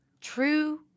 true